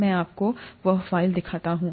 मैं आपको वह फाइल दिखाता हूं